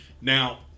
Now